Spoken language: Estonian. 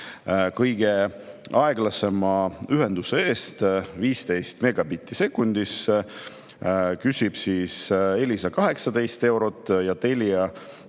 Kõige aeglasema ühenduse eest – 15 megabitti sekundis – küsib Elisa 18 eurot ja Telia